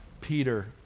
Peter